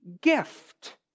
gift